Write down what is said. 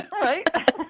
right